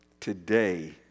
Today